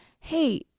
hey